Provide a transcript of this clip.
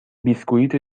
بسکویت